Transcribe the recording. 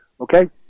Okay